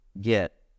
get